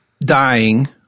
dying